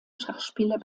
schachspieler